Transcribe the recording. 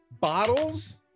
bottles